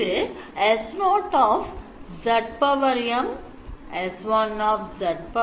இது S0 S1